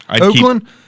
Oakland